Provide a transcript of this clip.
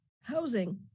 housing